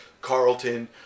Carlton